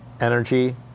energy